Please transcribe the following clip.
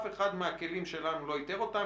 זה לא פשוט.